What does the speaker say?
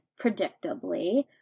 predictably